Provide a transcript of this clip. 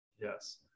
Yes